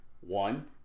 one